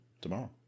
tomorrow